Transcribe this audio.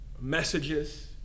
messages